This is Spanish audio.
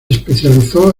especializó